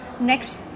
next